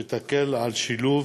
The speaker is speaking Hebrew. שתקל שילוב